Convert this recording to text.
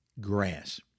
grass